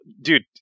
dude